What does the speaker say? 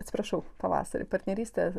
atsiprašau pavasarį partnerystė